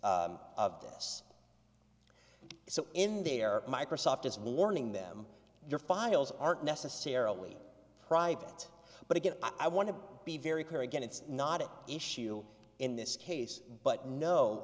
violations of this so in there microsoft is warning them your files aren't necessarily private but again i want to be very clear again it's not an issue in this case but no